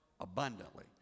abundantly